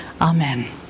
Amen